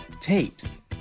tapes